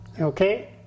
okay